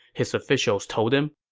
his officials told him